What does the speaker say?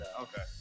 Okay